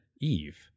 Eve